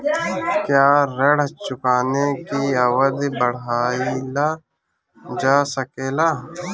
क्या ऋण चुकाने की अवधि बढ़ाईल जा सकेला?